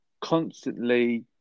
constantly